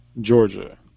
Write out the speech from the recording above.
Georgia